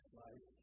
life